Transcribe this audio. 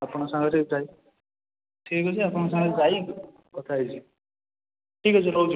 ଆପଣଙ୍କ ସାଙ୍ଗରେ ଯାଇ ଠିକ୍ଅଛି ଆପଣଙ୍କ ସାଙ୍ଗରେ ଯାଇ କଥା ହୋଇଯିବି ଠିକ୍ଅଛି ରହୁଛି